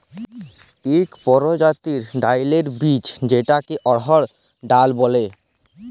ইক পরজাতির ডাইলের বীজ যেটাকে অড়হর ডাল ব্যলে